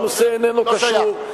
הנושא איננו קשור.